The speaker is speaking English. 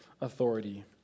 authority